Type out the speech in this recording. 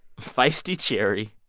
feisty cherry,